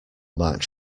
march